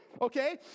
okay